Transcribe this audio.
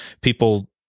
people